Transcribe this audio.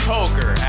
Poker